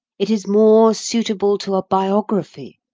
it is more suitable to a biography,